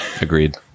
Agreed